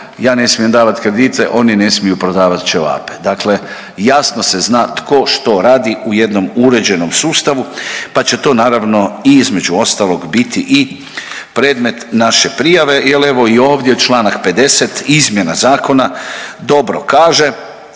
ja ne smijem davat kredite oni ne smiju prodavat ćevape. Dakle, jasno se zna tko što radi u jednom uređenom sustavu pa će to naravno i između ostalog biti i predmet naše prijave, jel evo i ovdje čl. 50. izmjena zakona dobro kaže: